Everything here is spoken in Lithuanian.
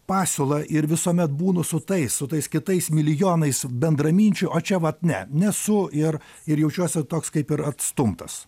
pasiūlą ir visuomet būnu su tais su tais kitais milijonais bendraminčių o čia vat ne nesu ir ir jaučiuosi toks kaip ir atstumtas